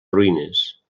ruïnes